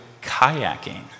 Kayaking